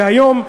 והיום,